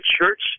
church